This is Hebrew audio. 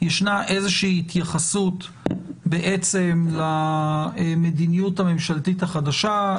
ישנה איזושהי התייחסות בעצם למדיניות הממשלתית החדשה.